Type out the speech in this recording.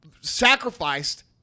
sacrificed